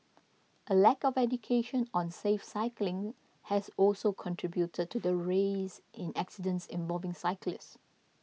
a lack of education on safe cycling has also contributed to the rise in accidents involving cyclists